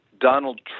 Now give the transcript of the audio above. Donald